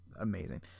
amazing